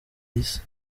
n’isi